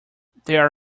there